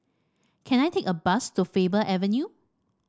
can I take a bus to Faber Avenue